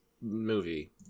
movie